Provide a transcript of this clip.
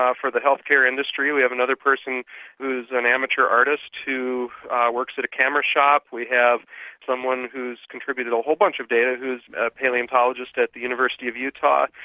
ah for the healthcare industry. we have another person who's an amateur artist who works at a camera shop. we have someone who's contributed a whole bunch of data, who's a palaeontologist at the university of utah,